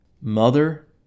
Mother